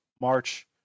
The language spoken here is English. March